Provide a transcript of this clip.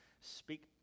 speak